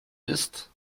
ist